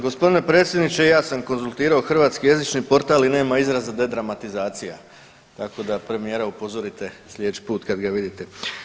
G. predsjedniče, i ja sam konzultirao Hrvatski jezični portal i nema izraza dedramatizacija, tako da premijera upozorite sljedeći put kad ga vidite.